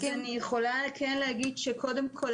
קודם כול,